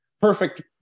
perfect